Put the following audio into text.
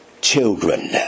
children